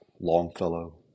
Longfellow